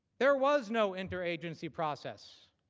there was no interagency process.